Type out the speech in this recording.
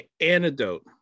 Antidote